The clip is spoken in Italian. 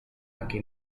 anche